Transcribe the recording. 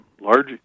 large